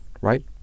right